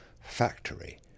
factory